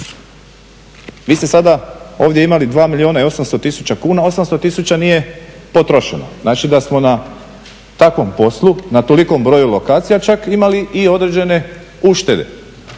Vi ste sada ovdje imali 2 milijuna i 800 tisuća kuna, 800 tisuća nije potrošeno. Znači da smo na takvom poslu na tolikom broju lokacija čak imali i određene uštede